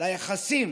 ליחסים